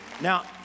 Now